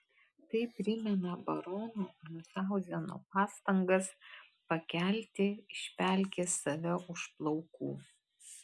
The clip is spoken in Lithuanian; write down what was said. tai primena barono miunchauzeno pastangas pakelti iš pelkės save už plaukų